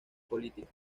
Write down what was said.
política